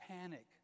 panic